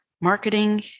marketing